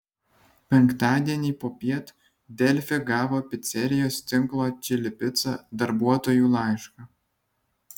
penktadienį popiet delfi gavo picerijos tinklo čili pica darbuotojų laišką